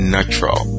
Natural